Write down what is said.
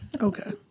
Okay